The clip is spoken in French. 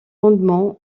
rendement